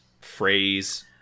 phrase